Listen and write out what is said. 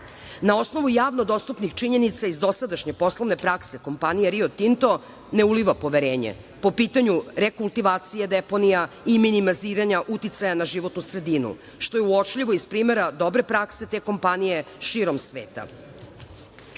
Na osnovu javno dostupnih činjenica i dosadašnje poslovne prakse kompanije Rio Tinto ne uliva poverenje po pitanju rekultivacije deponija i minimiziranja uticaja na životnu sredinu, što je uočljivo iz primera dobre prakse te kompanije širom